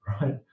right